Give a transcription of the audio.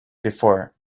before